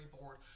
board